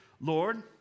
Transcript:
Lord